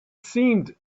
seemed